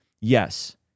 yes